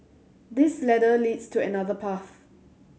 this ladder leads to another path